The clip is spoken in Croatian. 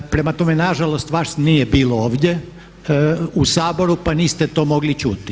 Prema tome nažalost vas nije bilo ovdje u Saboru pa niste to mogli čuti.